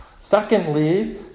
Secondly